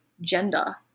gender